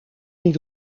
niet